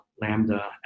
Lambda